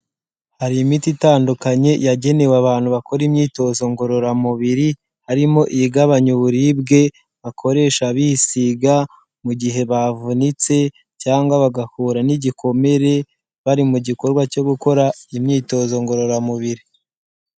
Hari imiti itandukanye, yagenewe abantu bakora imyitozo ngororamubiri, harimo igabanya uburibwe, bakoresha bisiga, mu gihe bavunitse, cyangwa bagahura n'igikomere, bari mu gikorwa cyo gukora imyitozo ngororamubiri.